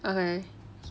okay